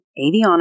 avionics